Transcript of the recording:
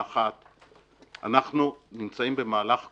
אנחנו נמצאים במהלך כואב.